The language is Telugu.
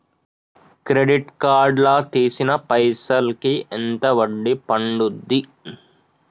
క్రెడిట్ కార్డ్ లా తీసిన పైసల్ కి ఎంత వడ్డీ పండుద్ధి?